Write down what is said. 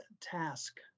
task